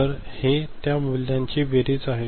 तर हे त्या मूल्यांची बेरीज आहे